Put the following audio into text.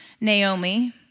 Naomi